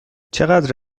چقدر